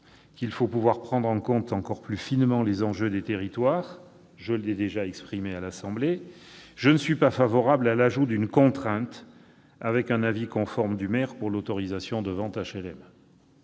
effectivement pouvoir prendre en compte encore plus finement les enjeux des territoires- je l'ai déjà exprimé en séance à l'Assemblée nationale -, je ne suis pas favorable à l'ajout d'une contrainte, avec cet avis conforme du maire pour l'autorisation des ventes d'HLM.